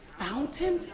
fountain